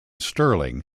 stirling